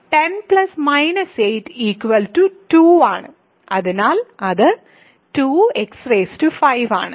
10 8 2 ആണ് അതിനാൽ അത് 2x5 ആണ്